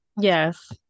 yes